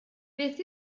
beth